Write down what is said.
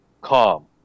calm